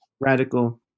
radical